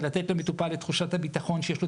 לתת למטופל את תחושת הביטחון שיש לו